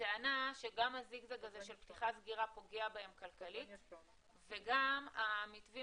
בטענה שגם הזיגזג הזה של פתיחה סגירה פוגע בהם כלכלית וגם המתווים